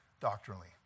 doctrinally